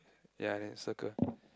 ya then you circle